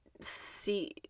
see